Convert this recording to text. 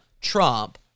Trump